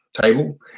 table